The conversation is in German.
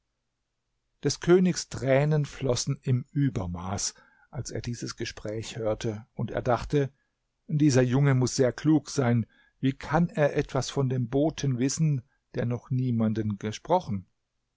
des königs tränen flossen im übermaß als er dieses gespräch hörte und er dachte dieser junge muß sehr klug sein wie kann er etwas von dem boten wissen der noch niemanden gesprochen